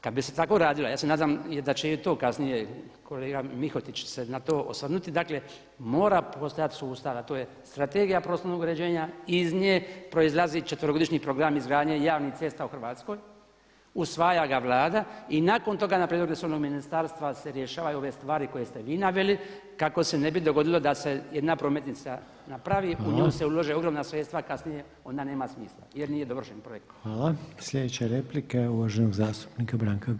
Kada bi se tako radilo a ja se nadam da će i to kasnije kolega Mihotić se na to osvrnuti, dakle mora postojati sustav a to je strategija prostornog uređenja, iz nje proizlazi četverogodišnji program izgradnje javnih cesta u Hrvatskoj, usvaja ga Vlada i nakon toga na prijedlog resornog ministarstva se rješavaju ove stvari koje ste vi naveli kako se ne bi dogodilo da se jedna prometnica napravi, u nju se ulože ogromna sredstva a kasnije onda nema smisla jer nije dovršen